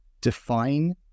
define